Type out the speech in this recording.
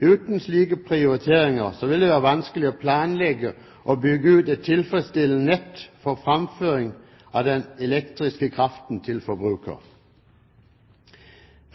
Uten slike prioriteringer vil det være vanskelig å planlegge og bygge ut et tilfredsstillende nett for framføring av den elektriske kraften til forbruker.